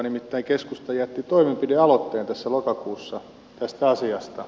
nimittäin keskusta jätti toimenpidealoitteen tässä lokakuussa tästä asiasta